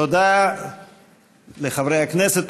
תודה לחברי הכנסת.